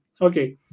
Okay